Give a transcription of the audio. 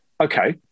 Okay